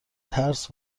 ترس